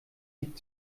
liegt